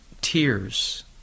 Tears